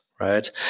Right